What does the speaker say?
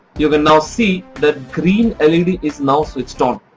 you can now see that green led is now switch on.